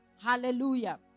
Hallelujah